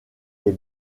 les